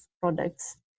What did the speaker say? products